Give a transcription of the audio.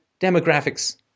demographics